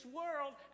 world